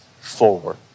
forward